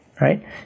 right